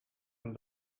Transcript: een